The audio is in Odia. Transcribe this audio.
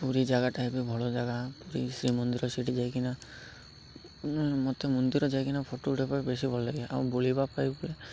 ପୁରୀ ଜାଗାଟା ଏବେ ଭଲ ଜାଗା ପୁରୀ ଶ୍ରୀମନ୍ଦିର ସେଇଠି ଯାଇକିନା ମତେ ମନ୍ଦିର ଯାଇକିନା ଫଟୋ ଉଠେଇବା ପାଇଁ ବେଶୀ ଭଲ ଲାଗେ ଆଉ ବୁଲିବା ପାଇଁ